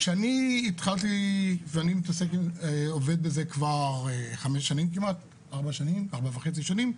כשאני התחלתי, ואני עובד בזה ארבע וחצי שנים,